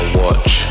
watch